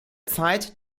zeit